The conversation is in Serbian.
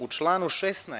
U članu 16.